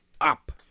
up